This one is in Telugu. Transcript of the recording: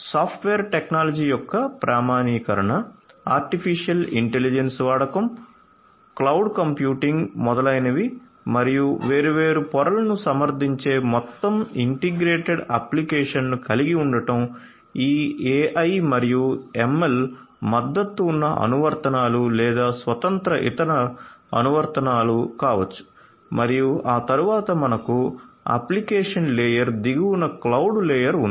సాఫ్ట్వేర్ టెక్నాలజీ యొక్క ప్రామాణీకరణ ఆర్టిఫిషియల్ ఇంటెలిజెన్స్ వాడకం క్లౌడ్ కంప్యూటింగ్ మొదలైనవి మరియు వేర్వేరు పొరలను సమర్ధించే మొత్తం ఇంటిగ్రేటెడ్ అప్లికేషన్ను కలిగి ఉండటం ఈ AI మరియు ML మద్దతు ఉన్న అనువర్తనాలు లేదా స్వతంత్ర ఇతర అనువర్తనాలు కావచ్చు మరియు ఆ తరువాత మనకు అప్లికేషన్ లేయర్ దిగువన క్లౌడ్ లేయర్ ఉంటుంది